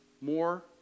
more